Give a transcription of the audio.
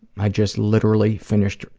i just literally finished